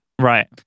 Right